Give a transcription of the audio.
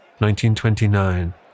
1929